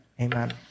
Amen